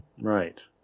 Right